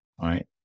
Right